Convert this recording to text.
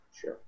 sure